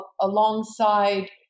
alongside